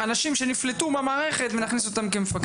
אנשים שנפלטו מהמערכת ולהכניס אותן כמפקחות.